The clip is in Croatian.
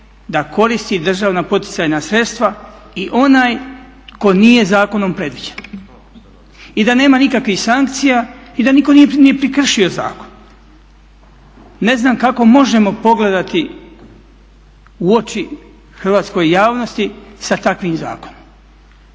da koristi državna poticajna sredstva i onaj tko nije zakonom predviđen i da nema nikakvih sankcija i da nitko nije prekršio zakon. Ne znam kako možemo pogledati u oči hrvatskoj javnosti sa takvim zakonom.